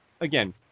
again